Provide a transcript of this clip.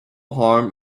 harm